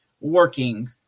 working